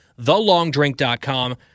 TheLongDrink.com